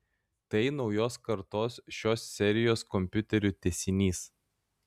tai naujos kartos šios serijos kompiuterių tęsinys